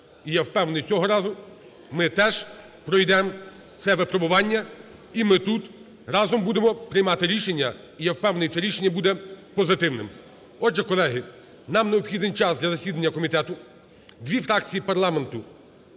І я впевнений цього разу ми теж пройдем це випробування. І ми тут разом будемо приймати рішення, і я впевнений, це рішення буде позитивним. Отже, колеги, нам необхідний час для засідання комітету. Дві фракції парламенту: